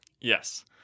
Yes